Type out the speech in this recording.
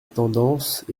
tendance